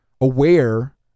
aware